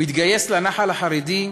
הוא התגייס לנח"ל החרדי,